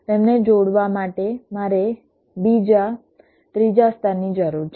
તેમને જોડવા માટે મારે બીજા ત્રીજા સ્તરની જરૂર છે